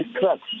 trucks